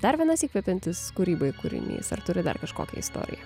dar vienas įkvepiantis kūrybai kūrinys ar turi dar kažkokią istoriją